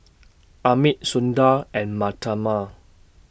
Amit Sundar and Mahatma